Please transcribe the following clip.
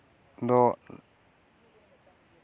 ᱫᱚ